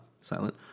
silent